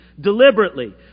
deliberately